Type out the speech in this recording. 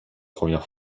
première